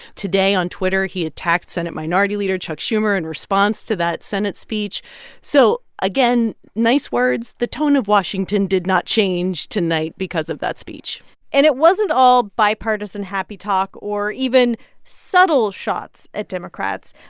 today on twitter, he attacked senate minority leader chuck schumer in response to that senate speech so again, nice words. the tone of washington did not change tonight because of that speech and it wasn't all bipartisan happy talk or even subtle shots at democrats.